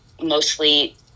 mostly